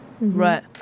Right